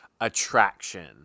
Attraction